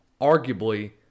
arguably